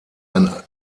ein